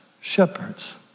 shepherds